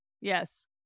yes